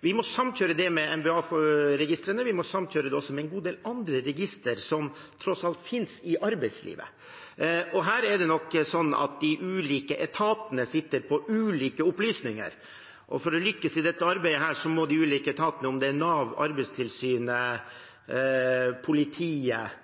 Vi må samkjøre det med mva-registeret, og vi må også samkjøre det med en god del andre registre som tross alt finnes i arbeidslivet. Her er det nok slik at de ulike etatene sitter på ulike opplysninger, og for å lykkes i dette arbeidet må de ulike etatene – om det er Nav, Arbeidstilsynet, politiet,